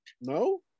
No